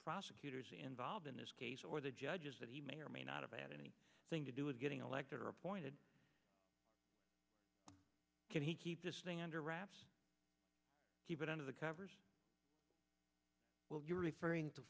prosecutors involved in this case or the judges that he may or may not have any thing to do with getting elected or appointed can he keep this thing under wraps keep it under the covers well you're referring to